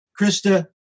Krista